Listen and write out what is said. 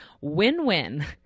Win-win